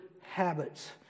habits